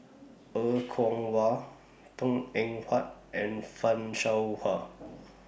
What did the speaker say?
Er Kwong Wah Png Eng Huat and fan Shao Hua